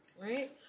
right